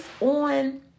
on